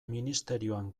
ministerioan